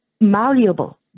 malleable